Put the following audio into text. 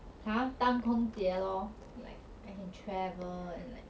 当空姐 lor like I can travel and like